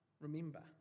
remember